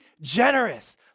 generous